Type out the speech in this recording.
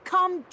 Come